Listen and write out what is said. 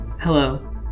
Hello